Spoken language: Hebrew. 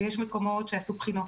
ויש מקומות שעשו בחינות,